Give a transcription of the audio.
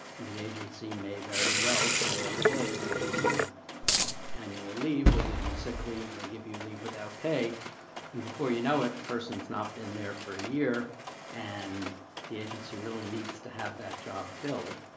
the agency may very well say, okay. we'll give you annual leave. we'll give you sick leave. we'll give you leave without pay. and before you know it, the person's not been there for a year and the agency really needs to have that job filled.